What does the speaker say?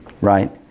Right